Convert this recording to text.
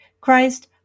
Christ